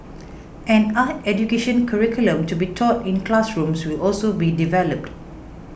an art education curriculum to be taught in classrooms will also be developed